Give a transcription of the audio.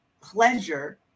pleasure